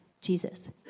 Jesus